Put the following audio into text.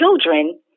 children